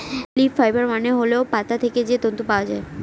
leaf fibre মানে হল পাতা থেকে যে তন্তু পাওয়া যায়